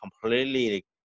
completely